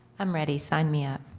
i'm ready! sign me up,